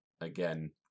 Again